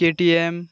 KTM